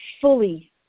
fully